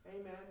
Amen